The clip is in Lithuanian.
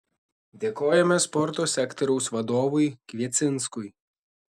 dėkojame sporto sektoriaus vadovui kviecinskui